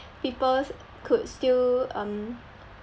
peoples could still um